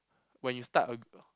when you start a